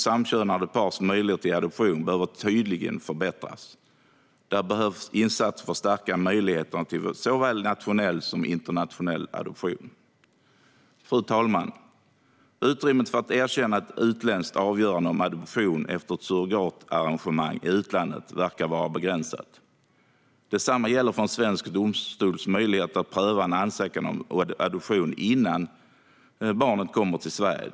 Samkönade pars möjligheter till adoption behöver tydligt förbättras. Där behövs insatser för att stärka möjligheterna till såväl nationell som internationell adoption. Fru talman! Utrymmet för att erkänna ett utländskt avgörande om adoption efter ett surrogatarrangemang i utlandet verkar vara begränsat. Detsamma gäller för en svensk domstols möjligheter att pröva en ansökan om adoption innan barnet kommer till Sverige.